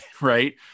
right